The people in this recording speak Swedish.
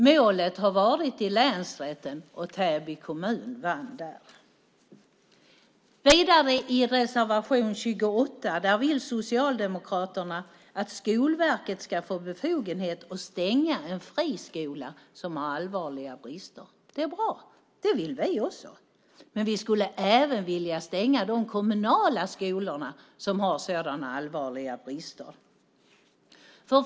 Målet har varit i länsrätten, och Täby kommun vann där. I reservation 28 vill Socialdemokraterna att Skolverket ska få befogenhet att stänga en friskola som har allvarliga brister. Det är bra! Det vill vi också. Men vi skulle även vilja stänga de kommunala skolor som har sådana allvarliga brister.